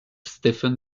stephen